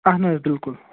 اَہَن حظ بِلکُل